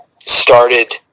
started